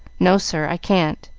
no, sir. i can't.